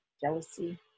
jealousy